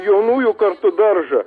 jaunųjų kartų daržą